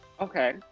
Okay